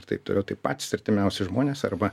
ir taip toliau tai patys artimiausi žmonės arba